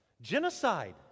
Genocide